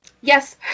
yes